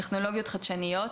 טכנולוגיות חדשניות,